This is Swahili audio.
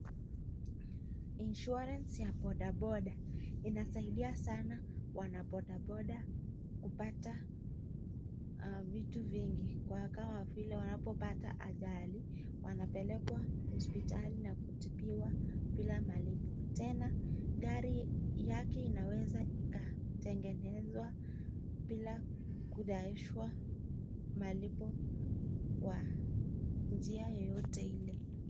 Insurance ya bodaboda inasaidia sana wanabodaboda kupata vitu vingi. Kama vile wanapopata ajali wanapelekwa hospitali na kutibiwa bila malipo. Tena gari yake inaweza ikatengenezwa bila kudaishwa malipo kwa njia yoyote ile.